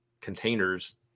containers